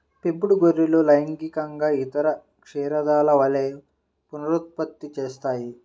పెంపుడు గొర్రెలు లైంగికంగా ఇతర క్షీరదాల వలె పునరుత్పత్తి చేస్తాయి